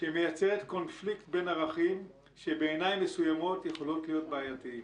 שמייצרת קונפליקט בין ערכים שבעיניים מסוימות יכולים להיות בעייתיים.